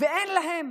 ואין להם